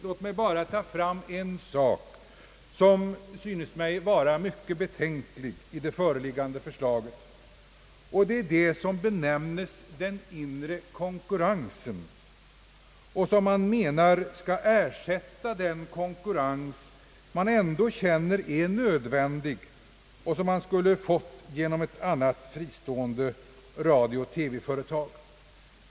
Låt mig bara säga några ord om en sak som synes mig vara mycket betänklig i det föreliggande förslaget, nämligen det som benämnes »den inre konkurrensen» och som skall ersätta den konkurrens som man ändå känner är nödvändig och som skulle ha erhållits genom ett annat och fristående radio-TV-företag.